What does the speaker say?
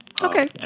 Okay